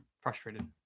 Frustrated